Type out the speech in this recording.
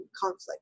conflict